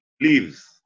leaves